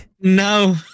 No